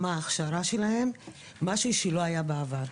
מה ההכשרה שלהן, משהו שלא היה בעבר.